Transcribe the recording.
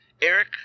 Eric